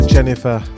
Jennifer